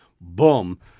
boom